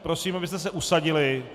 Prosím, abyste se usadili.